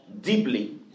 deeply